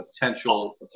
potential